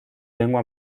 lengua